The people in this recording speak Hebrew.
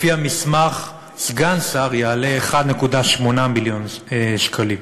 לפי המסמך, סגן שר יעלה 1.8 מיליון שקלים.